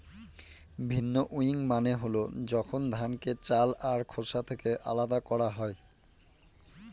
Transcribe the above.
ভিন্নউইং মানে হল যখন ধানকে চাল আর খোসা থেকে আলাদা করা হয়